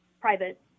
private